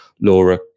Laura